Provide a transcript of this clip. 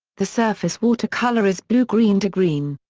the surface water colour is blue-green to green.